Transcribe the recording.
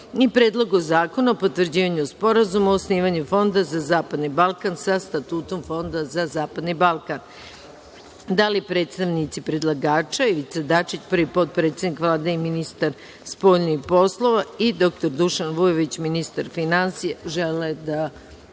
i Predlogu zakona o potvrđivanju Sporazuma o osnivanju fonda za zapadni Balkan sa statutom fonda za zapadni Balkan. Da li predstavnici predlagača Ivica Dačić, prvi potpredsednik Vlade i ministar spoljnih poslova, i dr Dušan Vujović, ministar finansija žele da